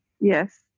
Yes